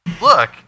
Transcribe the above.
look